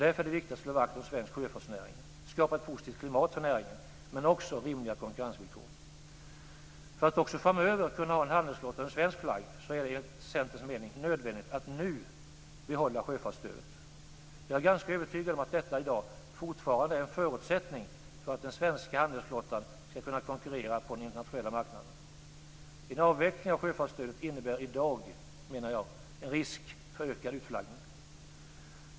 Därför är det viktigt att slå vakt om svensk sjöfartsnäring, skapa ett positivt klimat för näringen men också rimliga konkurrensvillkor. För att också framöver kunna ha en handelsflotta under svensk flagg är det, enligt Centerns mening, nödvändigt att nu behålla sjöfartsstödet. Jag är ganska övertygad om att detta i dag fortfarande är en förutsättning för att den svenska handelsflottan skall kunna konkurrera på den internationella marknaden. Jag menar att en avveckling av sjöfartsstödet i dag innebär en risk för ökad utflaggning.